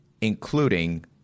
including